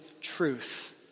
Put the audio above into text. truth